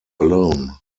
alone